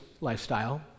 lifestyle